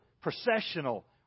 processional